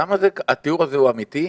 התיאור הזה הוא אמיתי?